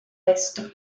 esto